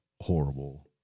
horrible